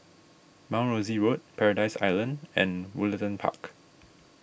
Mount Rosie Road Paradise Island and Woollerton Park